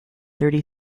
thirty